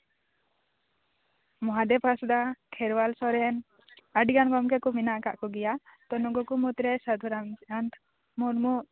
ᱢᱚᱦᱟᱫᱮᱵ ᱦᱟᱸᱥᱫᱟ ᱠᱷᱮᱨᱣᱟᱞ ᱥᱚᱨᱮᱱ ᱟᱹᱰᱤ ᱜᱟᱱ ᱜᱚᱝᱠᱮ ᱠᱚ ᱢᱮᱱᱟᱜ ᱟᱠᱟᱫ ᱠᱚᱜᱮᱭᱟ ᱛᱚ ᱱᱩᱠᱩ ᱠᱚ ᱢᱩᱫᱨᱮ ᱥᱟᱫᱷᱩ ᱨᱟᱢᱪᱟᱸᱫ ᱢᱩᱨᱢᱩ